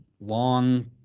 long